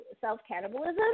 self-cannibalism